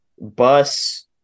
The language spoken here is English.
Bus